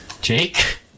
jake